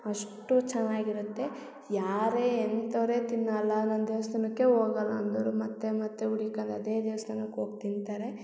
ಅಷ್ಟು ಚೆನ್ನಾಗಿರುತ್ತೆ ಯಾರೇ ಎಂಥೋರೆ ತಿನ್ನಲ್ಲ ನಾನು ದೇವ್ಸ್ಥಾನಕ್ಕೆ ಹೋಗಲ್ಲ ಅಂದೋರು ಮತ್ತು ಮತ್ತು ಹುಡಿಕಂದು ಅದೇ ದೇವ್ಸ್ಥಾನಕ್ಕೆ ಹೋಗಿ ತಿಂತಾರೆ